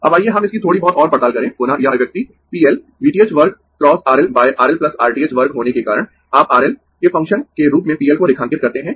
अब आइए हम इसकी थोड़ी बहुत और पड़ताल करें पुनः यह अभिव्यक्ति PL V th वर्ग × RL RL R th वर्ग होने के कारण आप R L के फंक्शन के रूप में PL को रेखांकित करते है